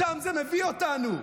לשם זה מביא אותנו.